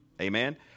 Amen